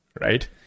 right